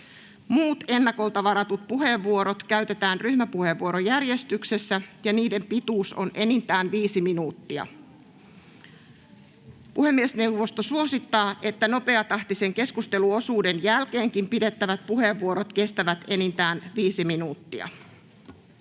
Muut ennakolta varatut puheenvuorot käytetään ryhmäpuheenvuorojärjestyksessä, ja niiden pituus on enintään 5 minuuttia. Puhemiesneuvosto suosittaa, että nopeatahtisen keskusteluosuuden jälkeenkin pidettävät puheenvuorot kestävät enintään 5 minuuttia.